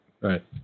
Right